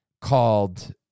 called